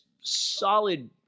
solid